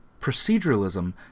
Proceduralism